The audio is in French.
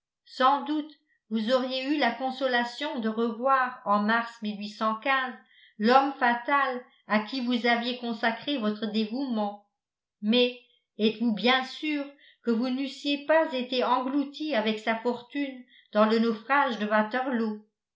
sans doute vous auriez eu la consolation de revoir en mars l'homme fatal à qui vous aviez consacré votre dévouement mais êtes-vous bien sûr que vous n'eussiez pas été englouti avec sa fortune dans le naufrage de